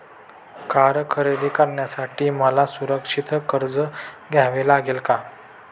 Car खरेदी करण्यासाठी मला सुरक्षित कर्ज घ्यावे लागेल का?